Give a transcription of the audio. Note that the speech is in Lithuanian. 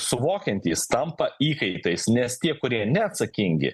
suvokiantys tampa įkaitais nes tie kurie neatsakingi